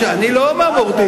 אני לא מהמורדים.